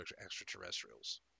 extraterrestrials